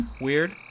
weird